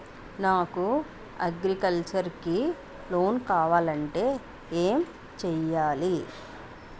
నాకు అగ్రికల్చర్ కి లోన్ కావాలంటే ఏం చేయాలి?